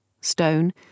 stone